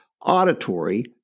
auditory